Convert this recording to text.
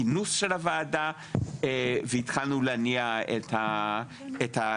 כינוס של הוועדה והתחלנו להניע את הדברים.